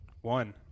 one